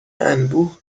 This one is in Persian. انبوه